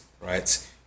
Right